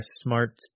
smart